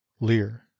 Lear